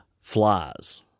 flies